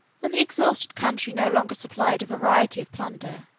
when the exhausted country no longer supplied a variety of plunder,